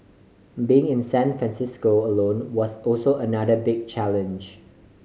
being in San Francisco alone was also another big challenge